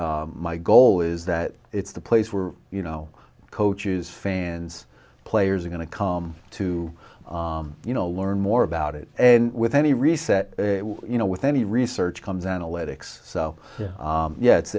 site my goal is that it's the place where you know coaches fans players are going to come to you know learn more about it and with any reset you know with any research comes analytics so yeah it's